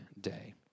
day